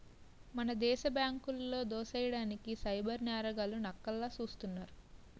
మన దేశ బ్యాంకులో దోసెయ్యడానికి సైబర్ నేరగాళ్లు నక్కల్లా సూస్తున్నారు